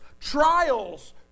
Trials